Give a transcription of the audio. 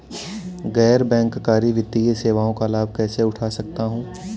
गैर बैंककारी वित्तीय सेवाओं का लाभ कैसे उठा सकता हूँ?